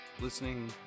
listening